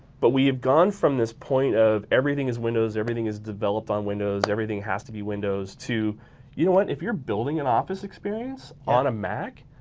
but we have gone from this point of everything as windows, everything is developed on windows. everything has to be windows to you know what if you're building an office experience on a mac.